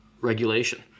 regulation